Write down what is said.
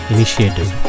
Initiative